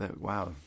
wow